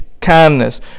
kindness